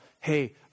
hey